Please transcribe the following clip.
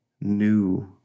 new